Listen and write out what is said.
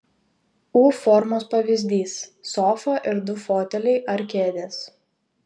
u formos pavyzdys sofa ir du foteliai ar kėdės